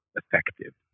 effective